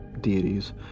deities